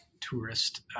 tourist